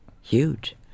Huge